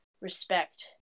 respect